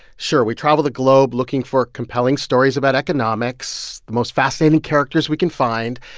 sure, we travel the globe looking for compelling stories about economics, the most fascinating characters we can find.